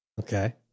Okay